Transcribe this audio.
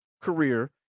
career